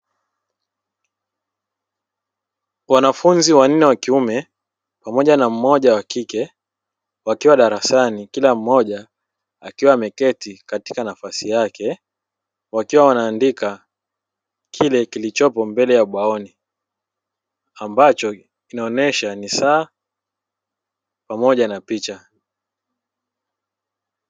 Wanafunzi wanne wa kiume pamoja na mmoja wa kike wakiwa darasani kila mmoja akiwa ameketi katika nafasi yake wakiwa waandika kike kilichopo mbele ubaoni ambacho kinaonyesha ni saa pamoja na picha.